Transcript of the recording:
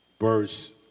verse